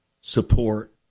support